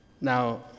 Now